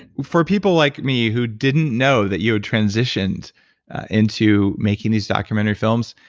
for people like me, who didn't know that you had transitioned into making these documentary films,